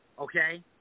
Okay